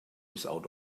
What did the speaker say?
without